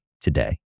today